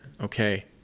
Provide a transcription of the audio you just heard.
Okay